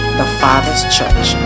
thefatherschurch